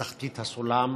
בתחתית הסולם,